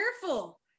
careful